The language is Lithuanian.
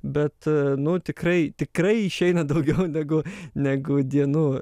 bet nu tikrai tikrai išeina daugiau negu negu dienų